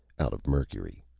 out of mercury.